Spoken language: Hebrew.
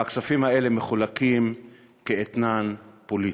והכספים האלה מחולקים כאתנן פוליטי.